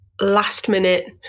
last-minute